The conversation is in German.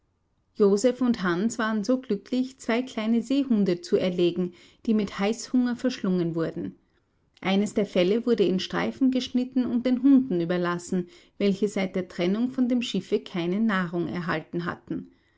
joseph und hans waren so glücklich zwei kleine seehunde zu erlegen die mit heißhunger verschlungen wurden eines der felle wurde in streifen geschnitten und den hunden überlassen welche seit der trennung von dem schiffe keine nahrung erhalten hatten